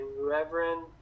reverend